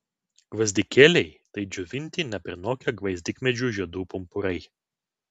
gvazdikėliai tai džiovinti neprinokę gvazdikmedžių žiedų pumpurai